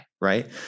right